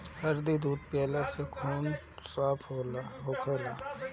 हरदी दूध पियला से खून साफ़ होखेला